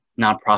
nonprofit